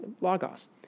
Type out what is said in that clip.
logos